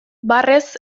barrez